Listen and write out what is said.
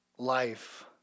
Life